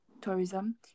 tourism